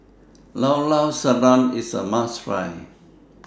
Llao Llao Sanum IS A must Try